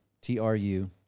T-R-U